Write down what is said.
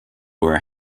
where